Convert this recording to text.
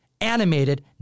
animated